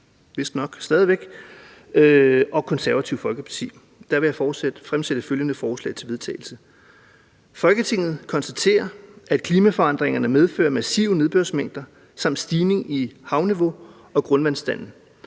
og Alternativet – vistnok stadig væk – kan fremsætte følgende: Forslag til vedtagelse »Folketinget konstaterer, at klimaforandringerne medfører massive nedbørsmængder samt stigning i havniveauet og grundvandsstanden.